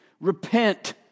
Repent